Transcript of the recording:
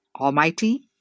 Almighty